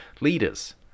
leaders